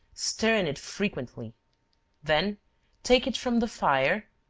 stirring it frequently then take it from the fire,